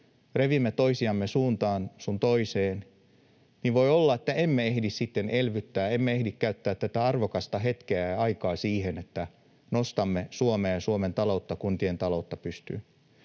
revimme toisiamme suuntaan sun toiseen, niin voi olla, että emme ehdi sitten elvyttää, emme ehdi käyttää tätä arvokasta hetkeä ja aikaa siihen, että nostamme Suomea ja Suomen taloutta, kuntien taloutta pystyyn.